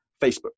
facebook